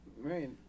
right